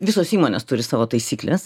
visos įmonės turi savo taisykles